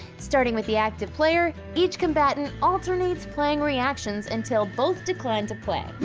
starting with the active player, each combatant alternates playing reactions until both decline to play.